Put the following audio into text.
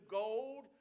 gold